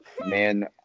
man